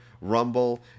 Rumble